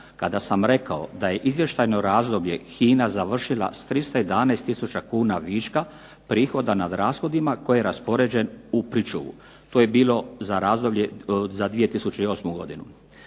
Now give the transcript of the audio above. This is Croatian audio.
kada sam rekao da je izvještajno razdoblje HINA završila sa 311000 kuna viška prihoda nad rashodima koji je raspoređen u pričuvu. To je bilo za razdoblje, za 2008. godinu.